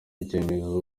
icyemezo